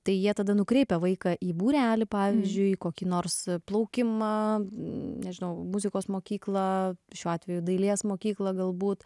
tai jie tada nukreipia vaiką į būrelį pavyzdžiui į kokį nors plaukimą nežinau muzikos mokyklą šiuo atveju dailės mokyklą galbūt